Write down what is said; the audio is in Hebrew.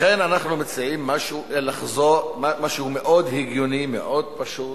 לכן אנחנו מציעים משהו מאוד הגיוני, מאוד פשוט: